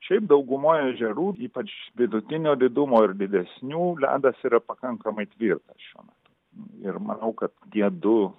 šiaip daugumoj ežerų ypač vidutinio didumo ir didesnių ledas yra pakankamai tvirtas šiuo metu ir manau kad tie du